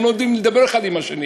היום לא יודעים לדבר זה עם זה.